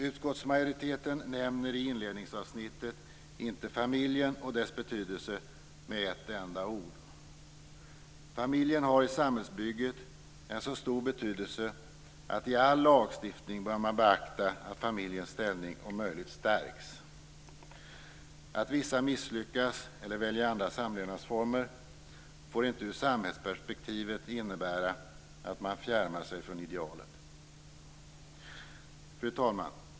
Utskottsmajoriteten nämner i inledningsavsnittet inte familjen och dess betydelse med ett enda ord. Familjen har i samhällsbygget en så stor betydelse att man i all lagstiftning bör beakta att familjens ställning om möjligt stärks. Att vissa misslyckas eller väljer andra samlevnadsformer får inte ur samhällsperspektivet innebära att man fjärmar sig från idealet. Fru talman!